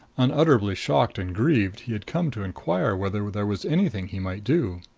unutterably shocked and grieved, he had come to inquire whether there was anything he might do.